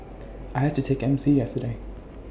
I've had to take M C yesterday